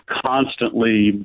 constantly